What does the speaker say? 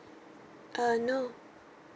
uh no